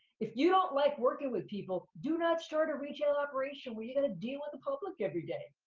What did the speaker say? if you don't like working with people, do not start a retail operation where you've gotta deal with the public every day,